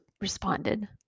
responded